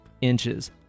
inches